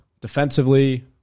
Defensively